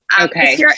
Okay